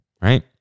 right